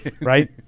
right